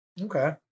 Okay